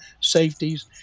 safeties